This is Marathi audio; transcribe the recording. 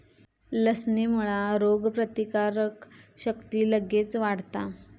लसणेमुळा रोगप्रतिकारक शक्ती लगेच वाढता